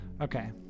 Okay